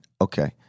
Okay